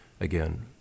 again